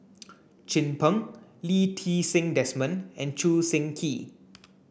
Chin Peng Lee Ti Seng Desmond and Choo Seng Quee